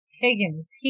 Higgins